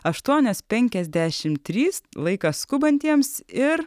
aštuonios penkiasdešimt trys laikas skubantiems ir